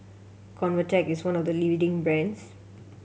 convatec is one of the leading brands